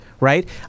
right